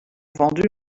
vendue